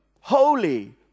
holy